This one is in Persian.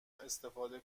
استفاده